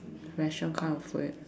restaurant kind of food